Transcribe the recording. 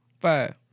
Five